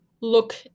look